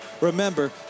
Remember